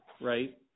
right